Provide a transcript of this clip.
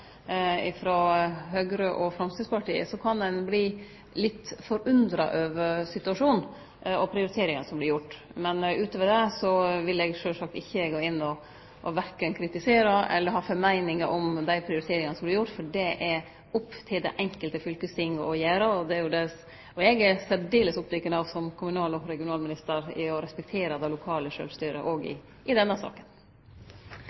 Høgre og Framstegspartiet, kan ein verte litt forundra over situasjonen og prioriteringar som vert gjorde. Men utover det vil eg sjølvsagt ikkje gå inn og verken kritisere eller elles ha noka meining om dei prioriteringane som vert gjorde, for dei er det opp til det enkelte fylkestinget å gjere. Eg er særdeles oppteken av som kommunal- og regionalminister å respektere det lokale sjølvstyret òg i